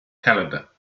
calendar